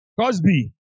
Cosby